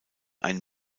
ein